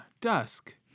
Dusk